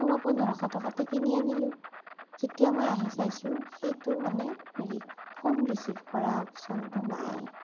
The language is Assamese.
ত' মই পোন্ধৰশ টকাতে কিনি আনিলো যেতিয়া মই আহি চাইছো সেইটো মানে হেৰি ফোন ৰিছিভ কৰা অপছনটো নাই